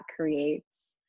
creates